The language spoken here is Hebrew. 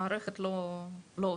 המערכת לא עוצרת.